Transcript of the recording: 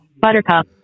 Buttercup